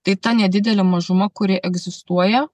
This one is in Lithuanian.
tai ta nedidelė mažuma kuri egzistuoja